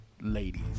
Ladies